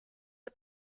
are